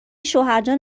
شوهرجان